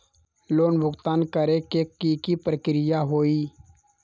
Loan भुगतान करे के की की प्रक्रिया होई?